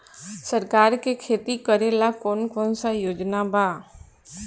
सरकार के खेती करेला कौन कौनसा योजना बा?